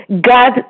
God